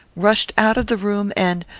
rushed out of the room, and,